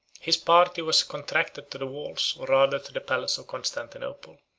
his party was contracted to the walls, or rather to the palace of constantinople.